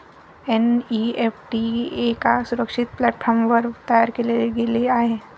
NEFT एका सुरक्षित प्लॅटफॉर्मवर तयार केले गेले आहे